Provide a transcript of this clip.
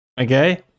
okay